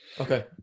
Okay